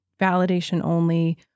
validation-only